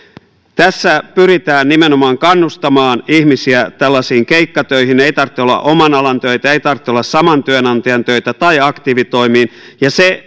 tässä pyritään nimenomaan kannustamaan ihmisiä tällaisiin keikkatöihin ei tarvitse olla oman alan töitä ei tarvitse olla saman työnantajan töitä tai aktiivitoimiin se